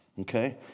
okay